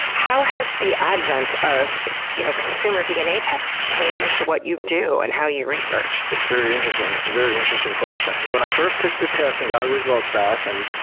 how has the advent of you know consumer dna tests changed what you do and how you research? it's very interesting. that's a very interesting question. when i first took the test and got results back, and